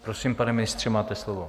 Prosím, pane ministře, máte slovo.